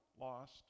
lost